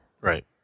Right